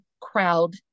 crowd